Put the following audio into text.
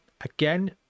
again